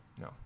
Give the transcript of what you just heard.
No